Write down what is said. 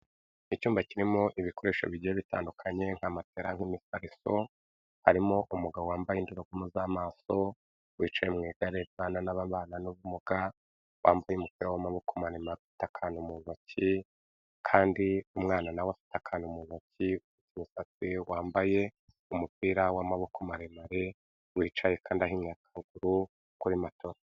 Icyumba kirimo ibikoresho bigiye bitandukanye nka matera n'imifariso, harimo umugabo wambaye indorogoma z'amaso wicaye mu igare ry'ababana n'ubumuga, wambaye umupira w'amaboko maremare, ufite akana mu ntoki kandi umwana na we afite akana mu n'umusatsi, wambaye umupira w'amaboko maremare, wicaye kandi ahinnye akaguru kuri atora.